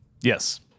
Yes